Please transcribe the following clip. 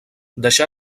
deixà